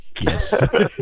Yes